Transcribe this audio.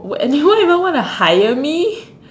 would anyone even wanna hire me